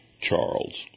Charles